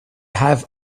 have